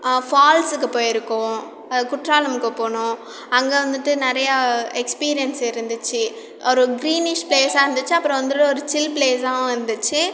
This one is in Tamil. ஃபால்ஸுக்கு போயிருக்கோம் குற்றாலமுக்கு போனோம் அங்கே வந்துட்டு நிறையா எக்ஸ்பீரியன்ஸ் இருந்துச்சு ஒரு கிரீனிஷ் ப்ளேஸாக இருந்துச்சு அப்புறம் வந்துட்டு ஒரு சில் ப்ளேஸாகவும் இருந்துச்சு